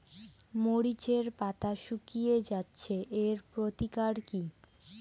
মরিচের পাতা শুকিয়ে যাচ্ছে এর প্রতিকার কি?